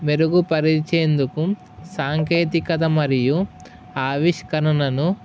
మెరుగుపరిచేందుకు సాంకేతికత మరియు ఆవిష్కరణను